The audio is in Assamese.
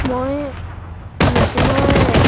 মই মেচিনৰ